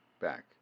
back